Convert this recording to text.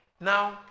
Now